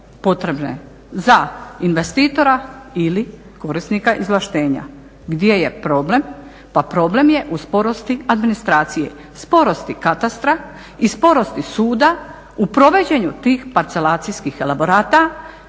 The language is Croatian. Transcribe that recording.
potrebne za investitora ili korisnika izvlaštenja. Gdje je problem? Pa problem je u sporosti administracije, sporosti katastra i sporosti suda u provođenju tih parcelacijskih elaborata